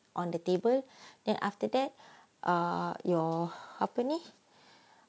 on the table then after that err you apa ni